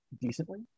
decently